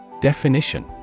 Definition